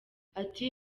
ati